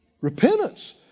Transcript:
repentance